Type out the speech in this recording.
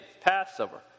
Passover